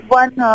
one